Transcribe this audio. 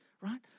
right